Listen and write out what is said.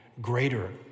greater